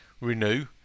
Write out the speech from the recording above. renew